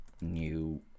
new